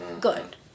good